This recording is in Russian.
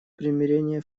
примирения